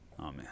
Amen